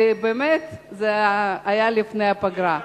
ובאמת זה היה לפני הפגרה.